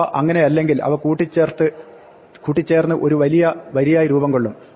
അവ അങ്ങിനെയല്ലെങ്കിൽ അവ കൂടിച്ചേർന്ന് ഒരു വലിയ വരിയായി രൂപം കൊള്ളും